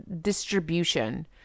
distribution